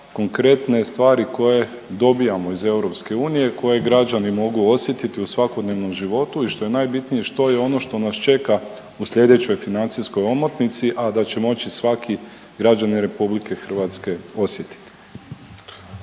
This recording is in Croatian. konkretne stvari koje dobijamo iz EU koje građani mogu osjetiti u svakodnevnom životu i što je najbitnije što je ono što nas čeka u sljedećoj financijskoj omotnici, a da će moći svaki građanin RH osjetit.